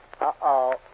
Uh-oh